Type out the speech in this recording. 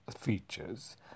features